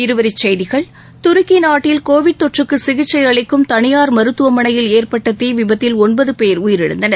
இருவரிச்செய்திகள் துருக்கி நாட்டில் கோவிட் தொற்றுக்கு சிகிச்சை அளிக்கும் தனியார் மருத்துவமனையில் ஏற்பட்ட தீ விபத்தில் ஒன்பது பேர் உயிரிழந்தனர்